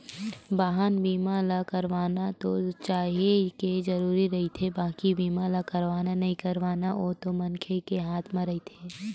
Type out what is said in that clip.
बाहन बीमा ह करवाना तो काहेच के जरुरी रहिथे बाकी बीमा ल करवाना नइ करवाना ओ तो मनखे के हात म रहिथे